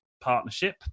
Partnership